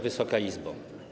Wysoka Izbo!